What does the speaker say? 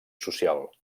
social